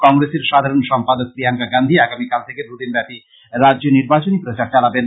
কংগ্রেসের সাধারণ সম্পাদক প্রিয়াংকা গান্ধী আগামীকাল থেকে দুদিনব্যাপী রাজ্যে নির্বাচনী প্রচার চালাবেন